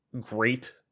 great